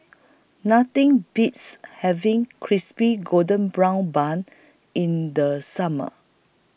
Nothing Beats having Crispy Golden Brown Bun in The Summer